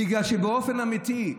בגלל שבאופן אמיתי,